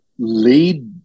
Lead